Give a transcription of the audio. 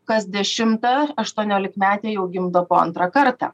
kas dešimta aštuoniolikmetė jau gimdo po antrą kartą